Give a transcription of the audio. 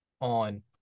on